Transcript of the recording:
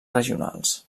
regionals